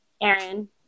Aaron